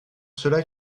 cela